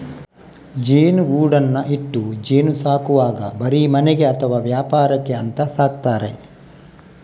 ಜೇನುಗೂಡನ್ನ ಇಟ್ಟು ಜೇನು ಸಾಕುವಾಗ ಬರೀ ಮನೆಗೆ ಅಥವಾ ವ್ಯಾಪಾರಕ್ಕೆ ಅಂತ ಸಾಕ್ತಾರೆ